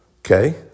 Okay